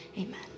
amen